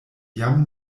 jam